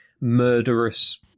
murderous